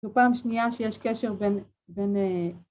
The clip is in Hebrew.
זו פעם שנייה שיש קשר בין...